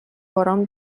باران